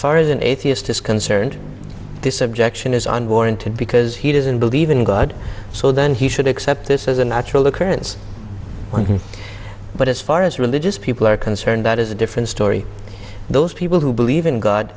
far as an atheist is concerned this objection is unwarranted because he doesn't believe in god so then he should accept this as a natural occurrence but as far as religious people are concerned that is a different story those people who believe in god